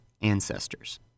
ancestors